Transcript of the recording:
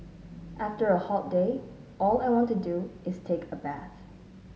after a hot day all I want to do is take a bath